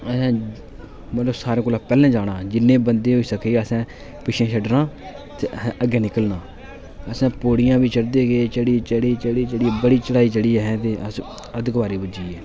असें मतलब सारे कोला पैह्ले जाना जिन्ने बंदे होई सके असें पिच्छै छड्डना ते अग्गै निकलना असें पौड़ियां बी चढ़दे गे चढ़ी चढ़ी चढ़ी बड़ी चढ़ाई चढ़ी असें ते अस अद्ध कुआरी पुज्जी गे